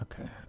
Okay